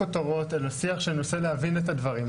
כותרות אלא שיח שינסה להבין את הדברים,